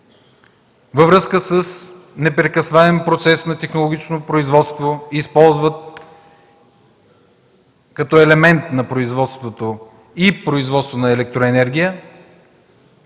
във връзка с непрекъсваем процес на технологичното производство, използват като елемент на производството и производство на електроенергия,